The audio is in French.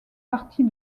partie